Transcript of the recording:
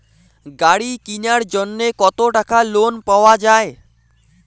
গাড়ি কিনার জন্যে কতো টাকা লোন পাওয়া য়ায়?